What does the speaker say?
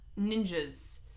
ninjas